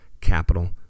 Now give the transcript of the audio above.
Capital